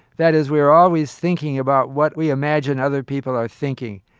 that is, we are always thinking about what we imagine other people are thinking.